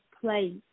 play